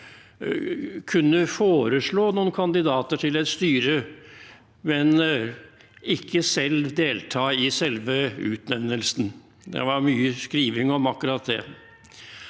kunne foreslå noen kandidater til et styre, men ikke selv delta i selve utnevnelsen. Det ble skrevet mye om akkurat det.